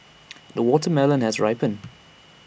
the watermelon has ripened